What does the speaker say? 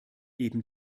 eben